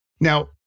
Now